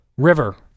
River